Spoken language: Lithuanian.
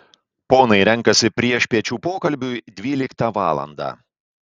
ponai renkasi priešpiečių pokalbiui dvyliktą valandą